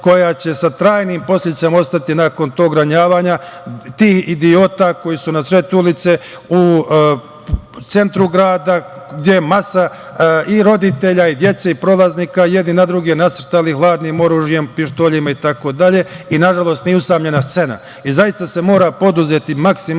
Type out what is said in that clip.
koja će sa trajnim posledicama ostati nakon tog ranjavanja. Ti idioti koji su na sred ulice u centru grada, gde masa i roditelja i dece, i prolaznika jedni na druge nasrtali hladnim oružjem, pištoljima itd, i nažalost, nije usamljena scena. Zaista se mora preduzeti maksimalan